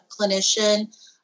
clinician